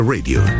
Radio